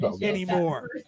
anymore